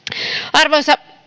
arvoisa